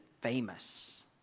famous